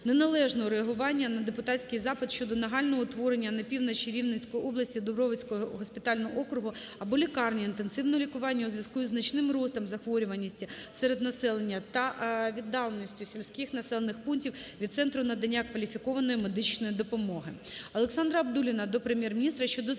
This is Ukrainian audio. неналежне реагування на депутатський запит щодо нагального утворення на півночі Рівненської області Дубровицького госпітального округу або лікарні інтенсивного лікування у зв'язку із значним ростом захворюваності серед населення та віддаленістю сільських населених пунктів від центру надання кваліфікованої медичної допомоги.